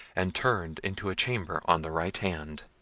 and turned into a chamber on the right hand.